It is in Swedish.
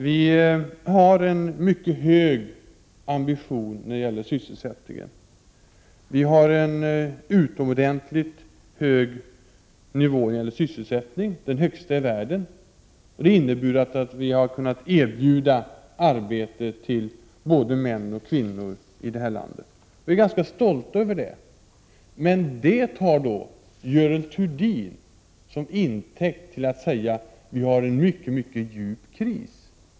Vi har en mycket hög ambition när det gäller sysselsättningen. Vi har en utomordentligt hög nivå i fråga om sysselsättningen — den högsta i världen. Det har inneburit att vi har kunnat erbjuda arbete till både män och kvinnor i det här landet. Vi är ganska stolta över det. Men detta tar Görel Thurdin som intäkt till att säga att vi har en mycket djup kris.